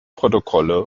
protokolle